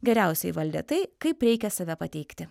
geriausiai įvaldę tai kaip reikia save pateikti